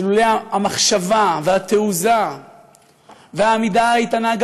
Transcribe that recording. שלולא המחשבה והתעוזה והעמידה האיתנה,